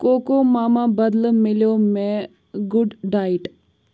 cocoa ماما بدلہٕ مِلٮ۪و مےٚ گُڈ دایٹ